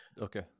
okay